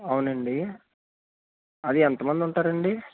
అవునండి అది ఎంతమంది ఉంటారండి